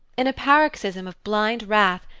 in a paroxysm of blind wrath,